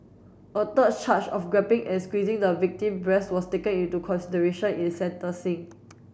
a third charge of grabbing and squeezing the victim breast was taken into consideration in sentencing